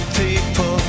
people